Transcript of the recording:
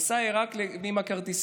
הכניסה היא רק עם הכרטיסים.